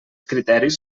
criteris